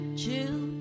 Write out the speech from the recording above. chill